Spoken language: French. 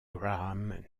graham